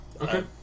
Okay